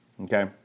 Okay